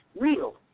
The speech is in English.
real